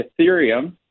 Ethereum